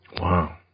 Wow